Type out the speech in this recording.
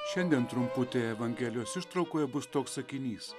šiandien trumputėje evangelijos ištraukoje bus toks sakinys